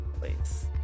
please